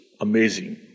Amazing